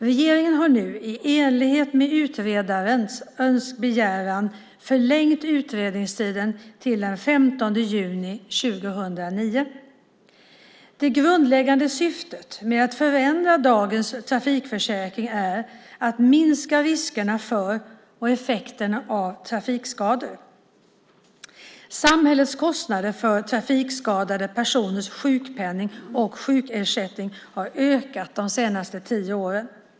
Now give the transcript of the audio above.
Regeringen har nu i enlighet med utredarens begäran förlängt utredningstiden till den 15 juni 2009. Det grundläggande syftet med att förändra dagens trafikförsäkring är att minska riskerna för och effekterna av trafikskador. Samhällets kostnader för trafikskadade personers sjukpenning och sjukersättning har ökat de senaste tio åren.